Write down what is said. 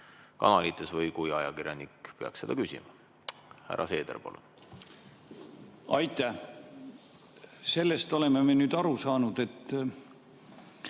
kanalites või siis, kui ajakirjanik peaks seda küsima. Härra Seeder, palun! Aitäh! Sellest oleme me nüüd aru saanud, et